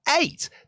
eight